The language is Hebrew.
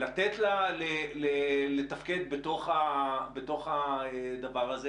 לתת לה לתפקד בתוך הדבר הזה,